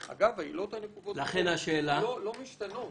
אגב, העילות הנקובות בחוק לא משתנות.